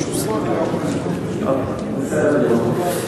רשותו, אני לא יכול לנקוב בשמו.